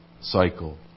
cycle